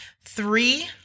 Three